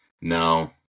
No